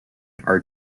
are